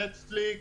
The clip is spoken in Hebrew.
נטפליקס,